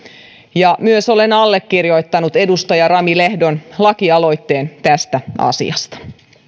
ja myös olen allekirjoittanut edustaja rami lehdon lakialoitteen tästä asiasta